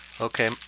Okay